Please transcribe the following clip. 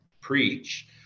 preach